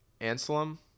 Anselm